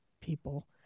people